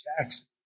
Jackson